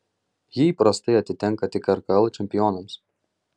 ji įprastai atitenka tik rkl čempionams